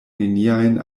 neniajn